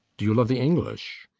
do you love the english?